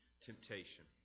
temptation